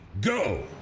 go